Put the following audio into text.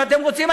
אם אתם רוצים,